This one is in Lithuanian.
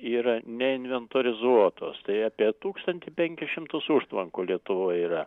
yra neinventorizuotos tai apie tūkstantį penkis šimtus užtvankų lietuvoj yra